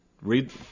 Read